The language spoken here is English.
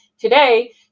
Today